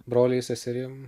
broliais seserim